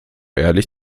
ehrlich